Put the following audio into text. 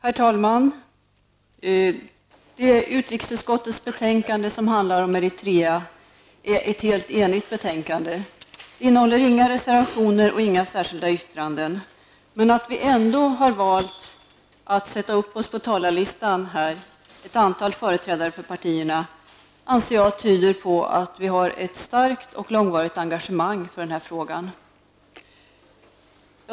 Fru talman! Det betänkande från utrikesutskottet som handlar om Eritrea är helt enhälligt. Det innehåller inga reservationer och inga särskilda yttranden. Att ett antal företrädare för partierna ändå har satt upp sig på talarlistan under denna punkt tyder, anser jag, på att vi har ett starkt och långvarigt engagemang för den här frågan.